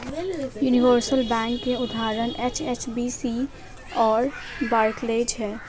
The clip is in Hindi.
यूनिवर्सल बैंक के उदाहरण एच.एस.बी.सी और बार्कलेज हैं